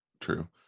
true